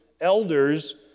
elders